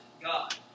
God